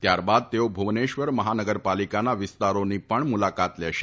ત્યારબાદ તેઓ ભુવનેશ્વર મફાનગરપાલિકાના વિસ્તારોની પણ મુલાકાત લેશે